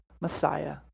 Messiah